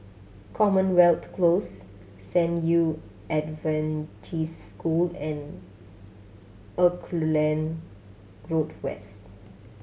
Commonwealth Close San Yu Adventist School and Auckland Road West